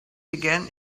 began